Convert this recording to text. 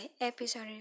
episode